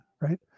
right